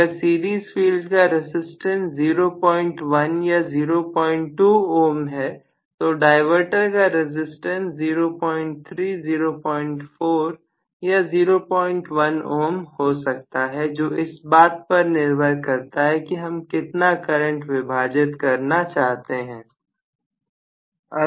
अगर series field का resistance 01 या 02 ohm है तो डायवर्टर का रेसिस्टेंस 0304 ohm या 01 हो सकता है जो इस बात पर निर्भर करता है कि हम कितना करंट विभाजित करना चाहते हैं